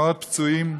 ומאות פצועים,